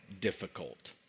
difficult